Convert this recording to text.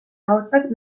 gauzak